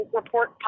report